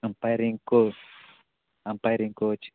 umpiring course umpiring coach